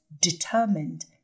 determined